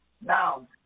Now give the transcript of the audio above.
Now